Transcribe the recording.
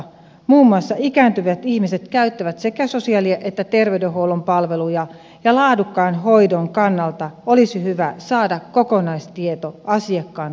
muun muassa ikääntyvät ihmiset käyttävät sekä sosiaali että terveydenhuollon palveluja ja laadukkaan hoidon kannalta olisi hyvä saada kokonaistieto asiakkaan tilanteesta